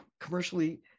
commercially